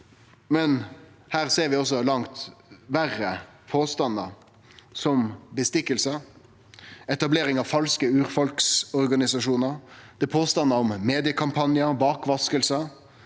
Her ser vi også langt verre påstandar, som bestikkingar, etablering av falske urfolksorganisasjonar, påstandar om mediekampanjar og bakvasking,